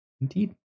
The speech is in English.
Indeed